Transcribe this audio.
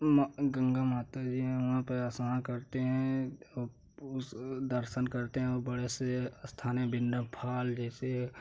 माँ गँगा माता जी हैं वहाँ पे स्नान करते हैं और उस दर्शन करते हैं और बड़े से स्थान विंटरफॉल जैसे